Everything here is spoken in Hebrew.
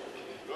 הכבוד,